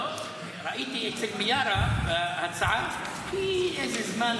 ראיתי אצל מיארה בהצעה, פי, איזה זמן נתת.